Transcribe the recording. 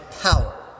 power